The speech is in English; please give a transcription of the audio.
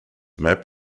map